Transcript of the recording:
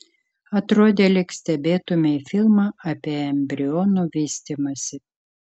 atrodė lyg stebėtumei filmą apie embrionų vystymąsi